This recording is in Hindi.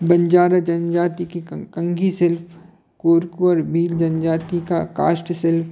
बंजारा जनजाति कि कंघी शिल्प कुरकुर भील जनजाति का काष्ट शिल्प